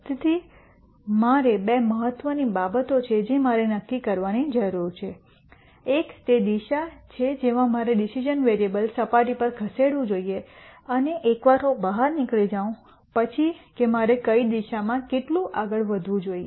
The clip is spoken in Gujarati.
તેથી મારે બે મહત્વની બાબતો છે જે મારે નક્કી કરવાની જરૂર છે એક તે દિશા છે જેમાં મારે ડિસિઝન વેરીએબલ્સ સપાટી પર ખસેડવું જોઈએ અને એકવાર હું બહાર નીકળી જાઉં પછી કે મારે કઈ દિશામાં કેટલું આગળ વધવું જોઈએ